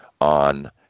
on